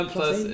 Plus